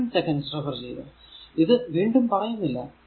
ഇതു വീണ്ടും പറയുന്നില്ല